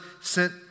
sent